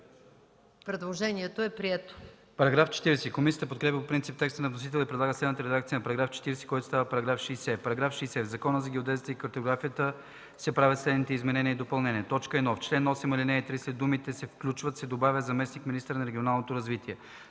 Предложението е прието.